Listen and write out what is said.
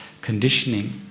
conditioning